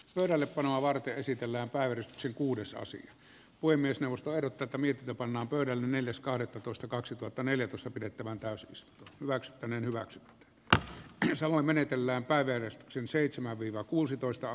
pöydällepanoa varten esitellään päivitys sinkkuudessasi puhemiesneuvosto odoteta mitä pannaan koidan neljäs kahdettatoista kaksituhattaneljätoista pidettävään taas maksettaneen rax da tiisala menetellään päivä myös yli seitsemän viro kuusitoista vastalause